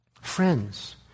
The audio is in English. Friends